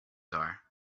are